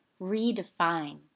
redefine